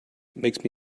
makes